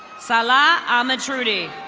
sala amatrudy.